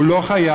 הוא לא חייב.